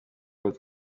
road